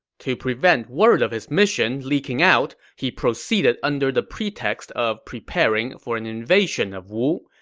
to prevent word of his mission leaking out, he proceeded under the pretext of preparing for an invasion of wu.